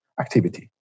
activity